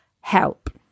Help